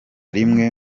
rimwe